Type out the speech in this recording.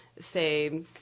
say